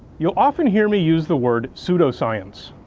you'll often hear me use the word pseudoscience.